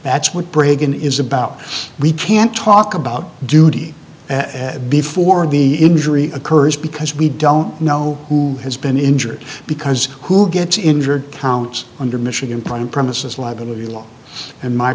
that's what bryggen is about we can't talk about duty before the injury occurs because we don't know who has been injured because who gets injured counts under michigan prime premises liability law and my